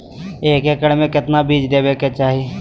एक एकड़ मे केतना बीज देवे के चाहि?